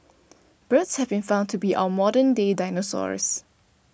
birds have been found to be our modern day dinosaurs